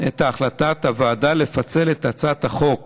את החלטת הוועדה לפצל את הצעת החוק